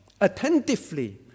attentively